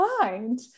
mind